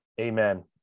amen